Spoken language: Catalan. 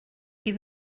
qui